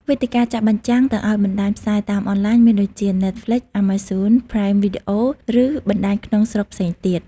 វេទិកាចាក់បញ្ចាំងទៅឲ្យបណ្ដាញផ្សាយតាមអនឡាញមានដូចជា Netflix, Amazon Prime Video ឬបណ្ដាញក្នុងស្រុកផ្សេងទៀត។